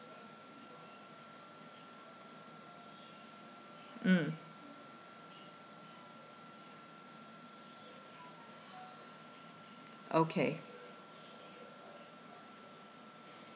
mm okay